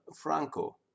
Franco